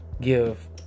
give